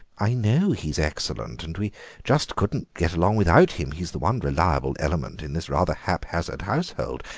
i know he's excellent, and we just couldn't get along without him he's the one reliable element in this rather haphazard household.